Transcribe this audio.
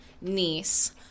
niece